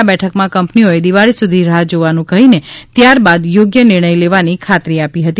આ બેઠકમાં કંપનીઓએ દિવાળી સુધી રાહે જોવાનું કહીને ત્યારબાદ યોગ્ય નિર્ણય લેવાની ખાતરી આપી હતી